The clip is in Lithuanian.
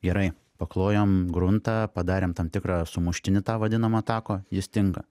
gerai paklojom gruntą padarėm tam tikrą sumuštinį tą vadinamą tako jis tinka